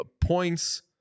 points